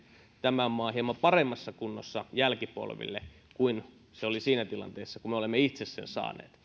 tämän maan hieman paremmassa kunnossa jälkipolville kuin se oli siinä tilanteessa kun me olemme itse sen saaneet